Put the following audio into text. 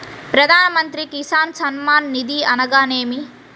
ప్రధాన మంత్రి కిసాన్ సన్మాన్ నిధి అనగా ఏమి?